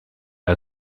her